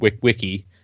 Wiki